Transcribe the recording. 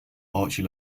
archie